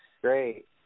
great